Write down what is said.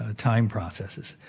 ah time processes.